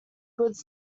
goods